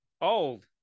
old